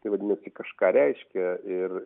tai vadinasi kažką reiškia ir